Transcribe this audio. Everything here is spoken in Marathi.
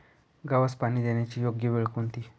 गव्हास पाणी देण्याची योग्य वेळ कोणती?